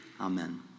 Amen